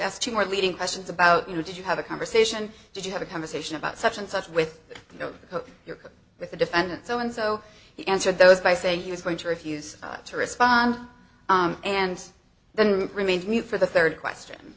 asked two more leading questions about you know did you have a conversation did you have a conversation about such and such with no hook here with the defendant so and so he answered those by saying he was going to refuse to respond and then remained mute for the third question